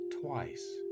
twice